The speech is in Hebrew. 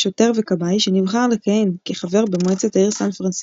שוטר וכבאי שנבחר לכהן כחבר במועצת העיר סן פרנסיסקו,